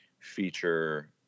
feature